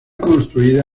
construida